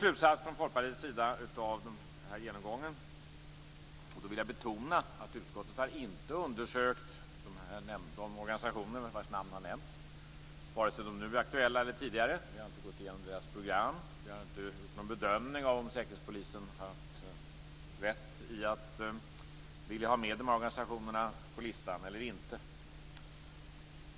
Sedan några ord om Folkpartiets slutsats av den här genomgången, och då vill jag betona att utskottet inte har undersökt nämnda organisationer - vare sig de nu aktuella eller tidigare organisationer. Vi har inte gått igenom deras program och vi har inte gjort någon bedömning av om Säkerhetspolisen haft rätt i att vilja ha med de här organisationerna på listan eller inte.